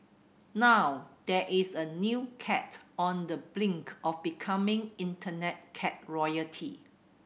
now there is a new cat on the brink of becoming Internet cat royalty